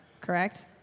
correct